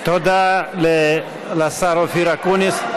תודה לשר אופיר אקוניס.